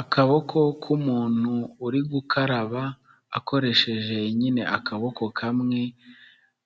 Akaboko k'umuntu uri gukaraba akoresheje nyine akaboko kamwe,